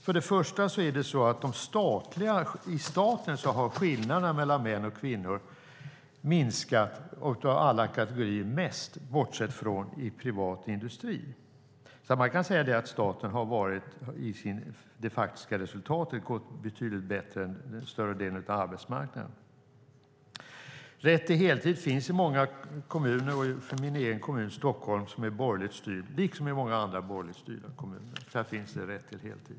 Först och främst i staten har skillnaderna mellan män och kvinnor av alla kategorier minskat mest, bortsett från i privat industri. Man kan alltså säga att staten i det faktiska resultatet har gått betydligt bättre än större delen av arbetsmarknaden. Rätt till heltid finns i många kommuner, i min egen kommun Stockholm, som är borgerligt styrd, liksom i många andra borgerligt styrda kommuner. Där finns rätt till heltid.